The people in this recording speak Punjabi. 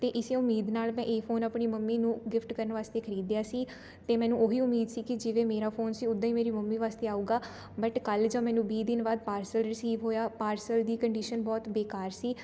ਅਤੇ ਇਸ ਉਮੀਦ ਨਾਲ ਮੈਂ ਇਹ ਫੋਨ ਆਪਣੀ ਮੰਮੀ ਨੂੰ ਗਿਫਟ ਕਰਨ ਵਾਸਤੇ ਖਰੀਦਿਆ ਸੀ ਅਤੇ ਮੈਨੂੰ ਉਹੀ ਉਮੀਦ ਸੀ ਕਿ ਜਿਵੇਂ ਮੇਰਾ ਫੋਨ ਸੀ ਉੱਦਾਂ ਹੀ ਮੇਰੀ ਮੰਮੀ ਵਾਸਤੇ ਆਵੇਗਾ ਬਟ ਕੱਲ੍ਹ ਜਦ ਮੈਨੂੰ ਵੀਹ ਦਿਨ ਬਾਅਦ ਪਾਰਸਲ ਰਿਸੀਵ ਹੋਇਆ ਪਾਰਸਲ ਦੀ ਕੰਡੀਸ਼ਨ ਬਹੁਤ ਬੇਕਾਰ ਸੀ